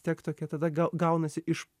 tiek tokia tada gau gaunasi iš